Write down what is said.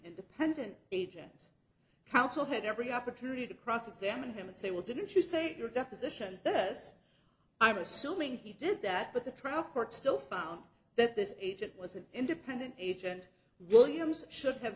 independent agent counsel had every opportunity to cross examine him and say well didn't you say your deposition yes i'm assuming he did that but the trial court still found that this agent was an independent agent williams should have